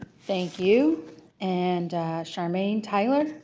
thank you and charmaine tyler